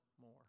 more